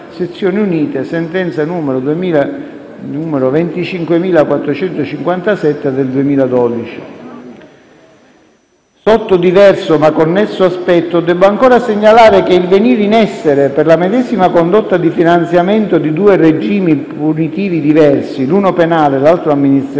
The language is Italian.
Sotto diverso, ma connesso aspetto, debbo ancora segnalare che il venir in essere, per la medesima condotta di finanziamento, di due regimi punitivi diversi - l'uno penale, l'altro amministrativo